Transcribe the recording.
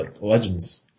legends